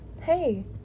hey